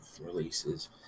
releases